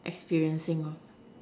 experiencing lor